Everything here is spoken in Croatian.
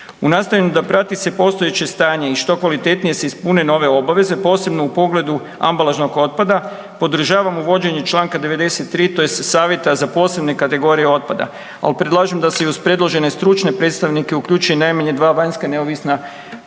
U nastojanju se prati postojeće stanje i što kvalitetnije se ispune nove obaveze, posebno u pogledu ambalažnog otpada, podržavamo uvođenje čl. 93., tj. savjeta za posebne kategorije otpada, ali predlažem da se i uz predložene stručne predstavnike uključe i najmanje dva neovisna